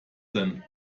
denn